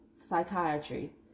psychiatry